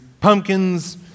pumpkins